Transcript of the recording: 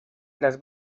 las